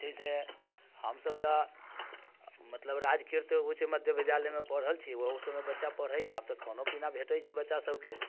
एतयसँ हमसभ तऽ मतलब राजकृत उच्च मध्य विद्यालयमे पढ़ल छी ओहो सभमे बच्चा पढ़ैए आब तऽ खानो पीना भेटैत छै बच्चासभके